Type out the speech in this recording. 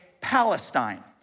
Palestine